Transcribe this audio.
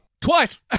twice